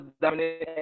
dominant